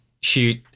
shoot